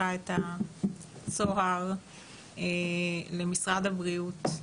שפתחה את הצוהר למשרד הבריאות,